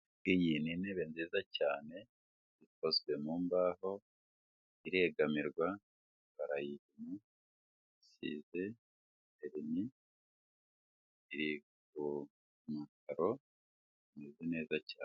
Iyi ni intebe nziza cyane ikozwe mu mbaho, iregamirwa, barayihina, isize verini, iri ku makaro imeze neza cyane.